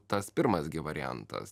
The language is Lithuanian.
tas pirmas gi variantas